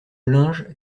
linge